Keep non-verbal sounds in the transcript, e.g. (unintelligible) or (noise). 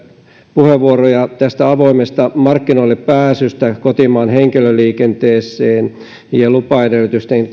puheenvuoroja tästä avoimesta markkinoille pääsystä kotimaan henkilöliikenteeseen ja lupaedellytysten (unintelligible)